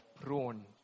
prone